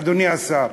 אדוני השר,